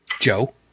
Joe